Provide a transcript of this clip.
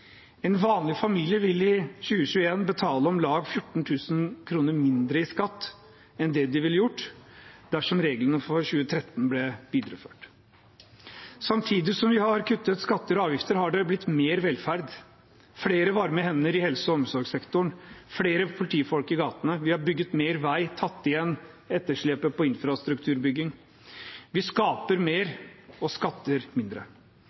En vanlig familie vil i 2021 betale om lag 14 000 kr mindre i skatt enn det de ville gjort dersom reglene for 2013 ble videreført. Samtidig som vi har kuttet skatter og avgifter, har det blitt mer velferd, flere varme hender i helse- og omsorgssektoren, flere politifolk i gatene. Vi har bygget mer vei, tatt igjen etterslepet på infrastrukturbygging. Vi skaper mer og skatter mindre.